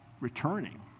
returning